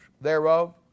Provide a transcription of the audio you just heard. thereof